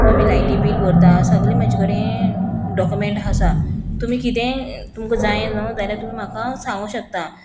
आमी लायटी बील भरता सगळें म्हजे कडे डॉक्युमेंट आसा तुमी किदेंय तुमकां जाय न्हू जाल्यार तुमी म्हाका सांगू शकता